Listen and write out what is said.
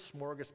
smorgasbord